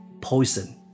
poison